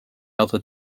other